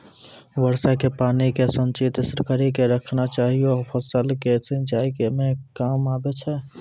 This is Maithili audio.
वर्षा के पानी के संचित कड़ी के रखना चाहियौ फ़सल के सिंचाई मे काम आबै छै?